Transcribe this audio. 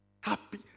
Happy